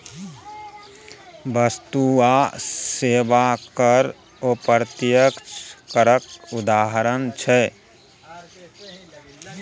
बस्तु आ सेबा कर अप्रत्यक्ष करक उदाहरण छै